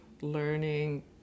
learning